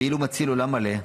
כאילו מציל עולם מלא,